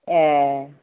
ए